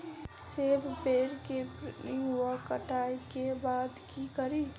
सेब बेर केँ प्रूनिंग वा कटाई केँ बाद की करि?